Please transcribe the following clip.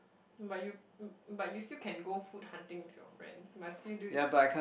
but you you but you still can go food hunting with your friends must you do it